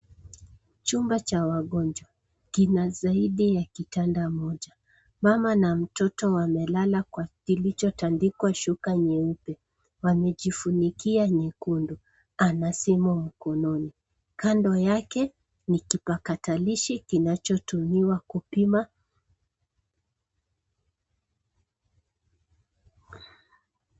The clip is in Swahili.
Chumba cha wagonjwa kina saidi ya kitanda moja, mama na mtoto wamelaal kwa kitanda kilicho tandikwa shuka nyeupe, wamejifunikia nyekundu, ana simu mkononi, kando yake ni kipatakilishi kinacho tumiwa kupima.